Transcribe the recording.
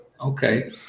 okay